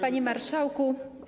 Panie Marszałku!